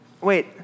wait